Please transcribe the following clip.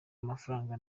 amafaranga